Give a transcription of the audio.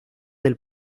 del